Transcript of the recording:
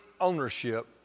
ownership